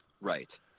Right